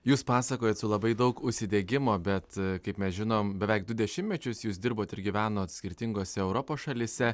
jūs pasakojat su labai daug užsidegimo bet kaip mes žinom beveik du dešimtmečius jūs dirbot ir gyvenot skirtingose europos šalyse